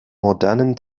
modernen